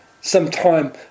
sometime